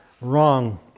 wrong